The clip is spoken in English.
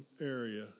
area